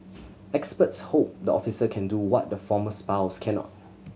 experts hope the officer can do what the former spouse cannot